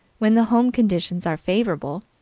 when the home conditions are favorable,